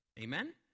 Amen